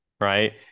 right